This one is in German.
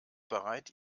bereit